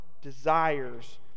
desires